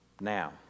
Now